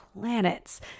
planets